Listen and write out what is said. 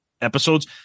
episodes